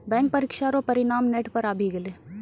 bank परीक्षा रो परिणाम नेट पर आवी गेलै